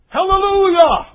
Hallelujah